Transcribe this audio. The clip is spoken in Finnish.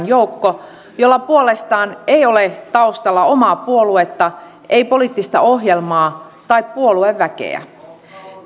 joukko jolla puolestaan ei ole taustalla omaa puoluetta ei poliittista ohjelmaa tai puolueväkeä